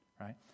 right